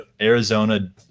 Arizona